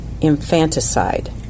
infanticide